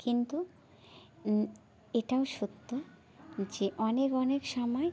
কিন্তু এটাও সত্য যে অনেক অনেক সময়